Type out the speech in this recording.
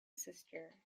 sister